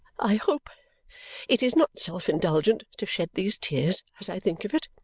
i hope it is not self-indulgent to shed these tears as i think of it.